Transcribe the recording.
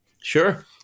Sure